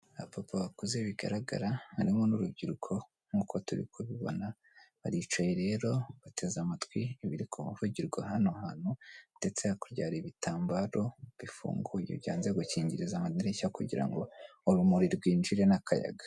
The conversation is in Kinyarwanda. Abapapa bakuze bigaragara harimo n'urubyiruko nk'uko turikubibona baricaye rero bateze amatwi ibiri kuvugirwa hano hantu. Ndetse hakuryara hari ibitambaro bifunguye byanze gukingiriza amadirishya kugira ngo urumuri rwinjire n'akayaga.